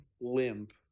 limp